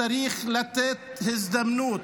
צריך לתת הזדמנות,